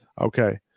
Okay